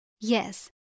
Yes